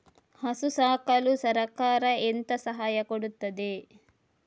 ಹಸು ಸಾಕಲು ಸರಕಾರ ಎಂತ ಸಹಾಯ ಕೊಡುತ್ತದೆ?